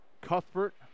Cuthbert